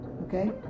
okay